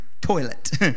toilet